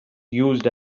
used